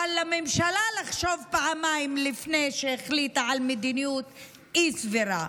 אבל לממשלה לחשוב פעמיים לפני שהחליטה על מדיניות לא סבירה.